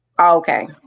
Okay